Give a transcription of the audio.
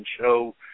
show